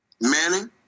Manning